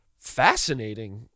fascinating